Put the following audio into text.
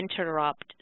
interrupt